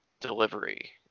delivery